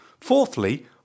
Fourthly